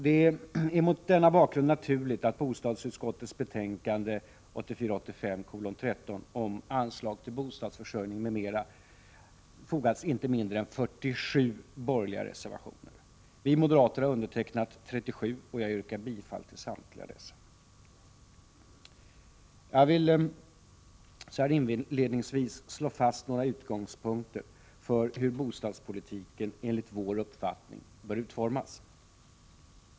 Det är mot denna bakgrund naturligt att till bostadsutskottets betänkande 1984/85:13 om anslag till bostadsförsörjning m.m. fogats inte mindre än 47 borgerliga reservationer. Vi moderater har undertecknat 37, och jag vill yrka bifall till samtliga dessa. Jag vill inledningsvis slå fast några utgångspunkter för hur bostadspolitiken enligt vår uppfattning bör utformas.